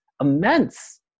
immense